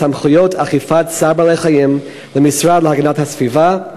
סמכויות אכיפת חוק צער בעלי-חיים למשרד להגנת הסביבה,